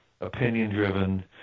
opinion-driven